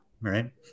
right